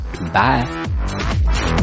Bye